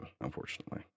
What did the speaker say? unfortunately